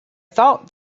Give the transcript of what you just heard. thought